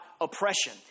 oppression